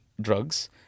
drugs